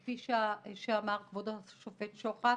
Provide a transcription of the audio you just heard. כפי שאמר כבוד השופט שוחט,